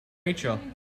rachel